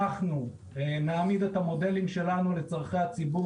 אנחנו נעמיד את המודלים שלנו לצרכי הציבור